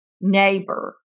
neighbor